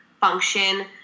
function